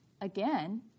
again